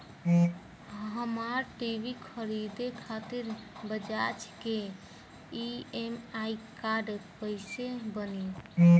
हमरा टी.वी खरीदे खातिर बज़ाज़ के ई.एम.आई कार्ड कईसे बनी?